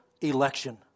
election